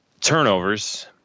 turnovers